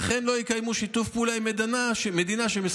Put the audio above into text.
וכן לא קיימו שיתוף פעולה עם מדינה שמסייעת